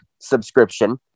subscription